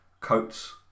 coats